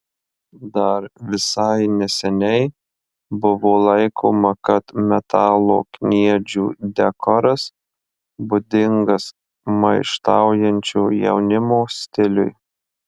dar visai neseniai buvo laikoma kad metalo kniedžių dekoras būdingas maištaujančio jaunimo stiliui